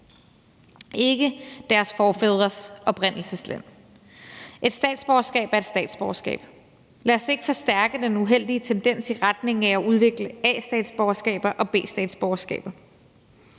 ikke deres forfædres oprindelseslands. Et statsborgerskab er et statsborgerskab. Lad os ikke forstærke den uheldige tendens i retning af at udvikle A-statsborgerskaber og B-statsborgerskaber.